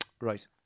Right